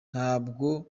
ntabwo